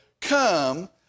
come